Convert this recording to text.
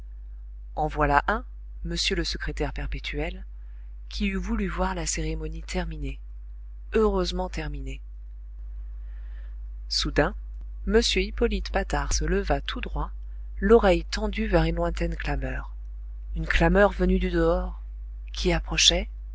en voilà un m le secrétaire perpétuel qui eût voulu voir la cérémonie terminée heureusement terminée soudain m hippolyte patard se leva tout droit l'oreille tendue vers une lointaine clameur une clameur venue du dehors qui approchait